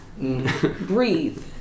breathe